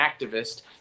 activist